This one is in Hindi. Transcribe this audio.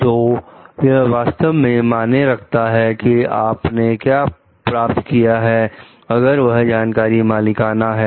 तो यह वास्तव में माने रखता है कि आपने क्या प्राप्त किया अगर वह जानकारी मालिकाना है तो